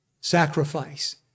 sacrifice